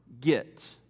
get